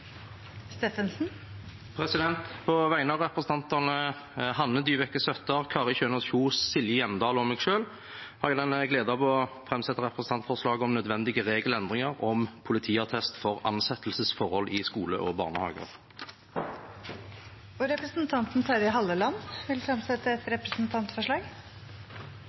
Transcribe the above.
Kjønaas Kjos, Silje Hjemdal og meg selv har jeg gleden av å framsette et representantforslag om nødvendige regelendringer om politiattest for ansettelsesforhold i skole og barnehage. Representanten Terje Halleland vil fremsette et representantforslag.